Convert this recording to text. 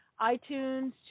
iTunes